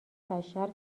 بشر